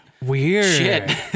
Weird